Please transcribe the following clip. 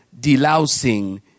delousing